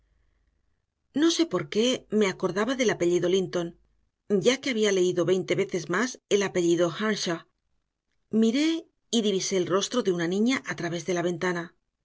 no sé por qué me acordaba del apellido linton ya que había leído veinte veces más el apellido earnshaw miré y divisé el rostro de una niña a través de la ventana